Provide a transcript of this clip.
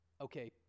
Okay